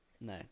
no